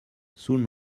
soon